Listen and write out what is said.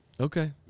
Okay